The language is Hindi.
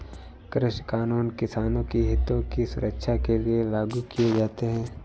कृषि कानून किसानों के हितों की सुरक्षा हेतु लागू किए जाते हैं